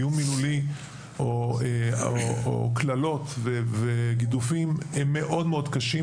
איום מילולי או קללות וגידופים הם מאוד מאוד קשים,